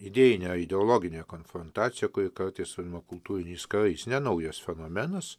idėjinė ideologinė konfrontacija kuri kartais vadinama kultūriniais karais ne naujas fenomenas